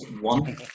One